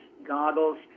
goggles